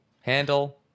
handle